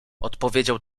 odpowiedział